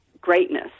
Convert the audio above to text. greatness